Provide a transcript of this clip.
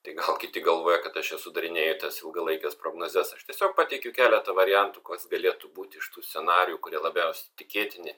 tai gal kiti galvoja kad aš čia sudarinėju tas ilgalaikes prognozes aš tiesiog pateikiu keletą variantų kas galėtų būti iš tų scenarijų kurie labiausiai tikėtini